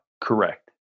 Correct